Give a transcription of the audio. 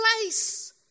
place